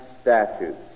statutes